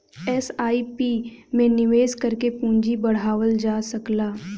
SIP में निवेश करके पूंजी बढ़ावल जा सकला